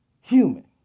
human